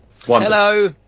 Hello